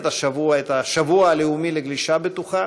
השבוע את השבוע הלאומי לגלישה בטוחה,